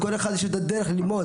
כל אחד יש לו את הדרך ללמוד,